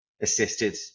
assisted